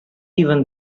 even